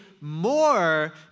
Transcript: more